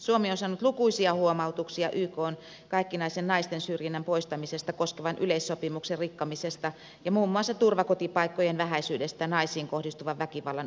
suomi on saanut lukuisia huomautuksia ykn kaikkinaisen naisten syrjinnän poistamista koskevan yleissopimuksen rikkomisesta ja muun muassa turvakotipaikkojen vähäisyydestä naisiin kohdistuvan väkivallan uhreille